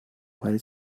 weil